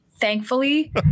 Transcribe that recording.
thankfully